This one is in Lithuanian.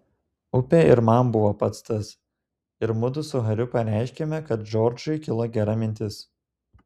upė ir man buvo pats tas ir mudu su hariu pareiškėme kad džordžui kilo gera mintis